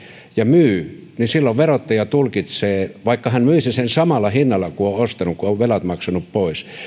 ja myy niin silloin verottaja tulkitsee niin vaikka hän myisi sen samalla hinnalla kuin on ostanut kun on velat maksanut pois